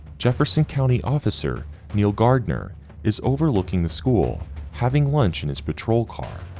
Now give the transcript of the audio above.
jefferson county officer neal gardner is overlooking the school having lunch in his patrol car,